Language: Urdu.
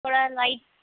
تھوڑا لائٹ